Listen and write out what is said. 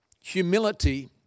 humility